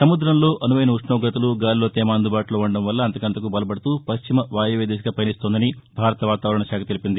సముద్రం అనువైన ఉష్ణోగతలు గాలిలో తేమ అందుబాటులో ఉండటం వల్ల అంతకంతకూ బలపుతూ పశ్చిమ వాయవ్య దిశగా పయనిస్తోందని భారత వాతావరణ శాఖ తెలిపింది